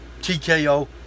TKO